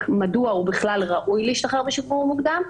מדוע הוא בכלל ראוי להשתחרר בשחרור מוקדם,